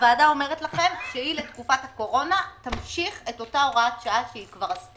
הוועדה אומרת לכם שהיא לתקופה הקורונה תמשיך את אותה הוראת השעה שעשתה,